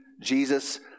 Jesus